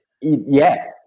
Yes